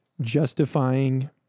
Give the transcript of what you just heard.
justifying